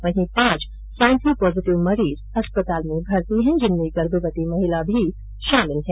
वहीं पांच swine flu positive मरीज अस्पताल में भर्ती हैं जिनमें गर्भवती महिला भी शामिल है